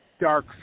dark